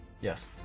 Yes